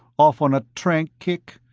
off on a trank kick?